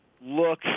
look